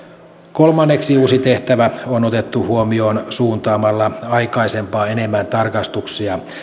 kolmanneksi uusi tehtävä on otettu huomioon suuntaamalla aikaisempaa enemmän tarkastuksia